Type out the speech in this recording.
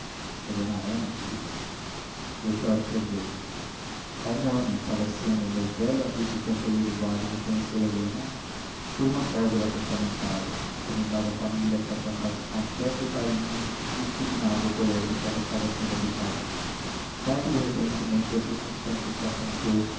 helena é minha filha melchior interveio há um ano falecendo o meu velho amigo conselheiro vale reconheceu helena por uma cláusula testamentária recomendava à família que a tratasse com afeto e carinho e designava o colégio em que ela estava sendo educada o fato do reconhecimento e as circunstâncias que apontou